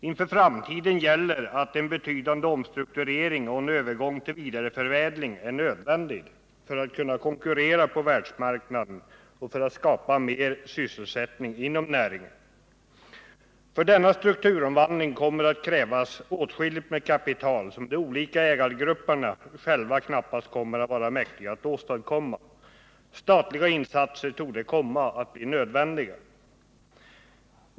Inför framtiden gäller att en betydande omstrukturering och en övergång till vidareförädling är nödvändiga för att den skall kunna konkurrera på världsmarknaden och för att mer sysselsättning skall kunna skapas inom näringen. För denna strukturomvandling kommer att krävas åtskilligt med kapital, som de olika ägargrupperna själva knappast kommer att vara mäktiga att åstadkomma. Statliga insatser torde komma att bli nödvändiga.